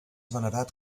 venerat